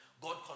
God